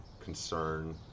concern